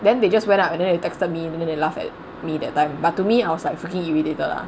then they just went up and then they texted me and then they laugh at me that time but to me I was like freaking irritated lah